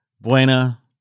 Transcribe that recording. Buena